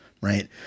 right